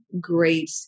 great